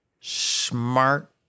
smart